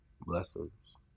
Blessings